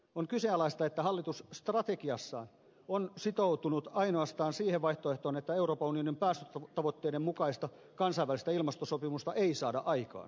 on kyseenalaista että hallitus strategiassaan on sitoutunut ainoastaan siihen vaihtoehtoon että euroopan unionin päästötavoitteiden mukaista kansainvälistä ilmastosopimusta ei saada aikaan